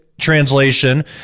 translation